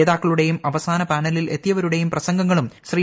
ജേതാക്കളുടെയും അവസാന പാനലിൽ എത്തിയവരുടെയും പ്രസംഗങ്ങളും ശ്രീ